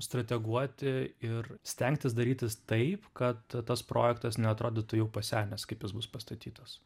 strateguoti ir stengtis darytis taip kad tas projektas neatrodytų jau pasenęs kaip jis bus pastatytas